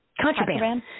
Contraband